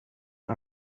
and